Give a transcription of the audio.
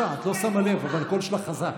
גוטליב, בבקשה, את לא שמה לב, אבל הקול שלך חזק.